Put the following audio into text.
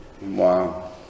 Wow